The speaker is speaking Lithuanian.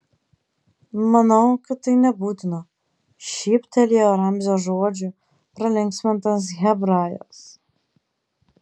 manau kad tai nebūtina šyptelėjo ramzio žodžių pralinksmintas hebrajas